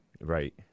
Right